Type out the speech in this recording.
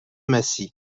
massy